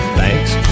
Thanks